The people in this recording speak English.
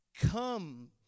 come